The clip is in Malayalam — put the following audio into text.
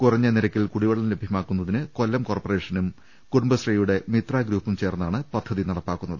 കുറഞ്ഞ നിരക്കിൽ കുടിവെള്ളം ലഭ്യമാക്കുന്നതിന് കൊല്ലം കോർപറേഷനും കുടുംബശ്രീയുടെ മിത്രഗ്രൂപ്പും ചേർന്നാണ് പദ്ധതി നടപ്പാക്കുന്നത്